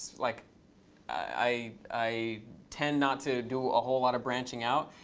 like i i tend not to do a whole lot of branching out,